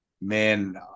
man